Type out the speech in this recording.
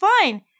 fine